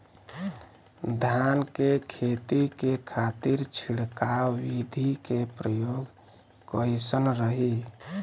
धान के खेती के खातीर छिड़काव विधी के प्रयोग कइसन रही?